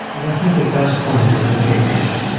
and i think it does point to infection.